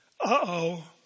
Uh-oh